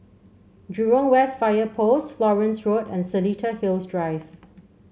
Jurong West Fire Post Florence Road and Seletar Hills Drive